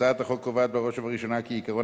הצעת החוק קובעת בראש ובראשונה כי העיקרון